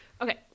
Okay